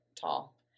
tall